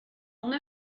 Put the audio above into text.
una